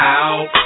out